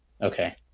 Okay